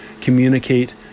communicate